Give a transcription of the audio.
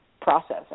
process